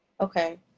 Okay